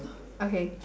okay